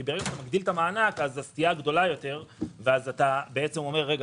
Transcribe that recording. כי כאשר אתה מגדיל את המענק אז הסטייה גדולה יותר ואז אומרים: רגע,